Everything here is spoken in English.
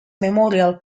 memorial